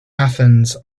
athens